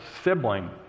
sibling